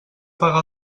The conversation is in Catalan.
pagar